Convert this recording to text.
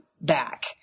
back